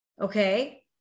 okay